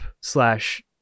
slash